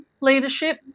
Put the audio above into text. leadership